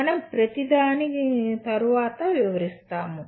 మనం ప్రతీ దానిని తరువాత వివరిస్తాము